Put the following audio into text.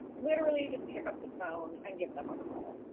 literally just pick up the phone and give them a call.